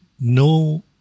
no